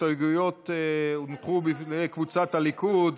הסתייגויות הונחו על ידי קבוצת סיעת הליכוד,